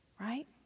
right